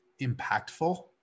impactful